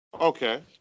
Okay